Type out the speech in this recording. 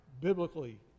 biblically